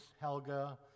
Helga